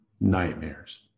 Nightmares